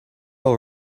all